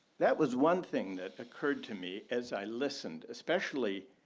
that was one thing that occurred to me as i listened, especially